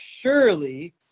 surely